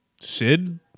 Sid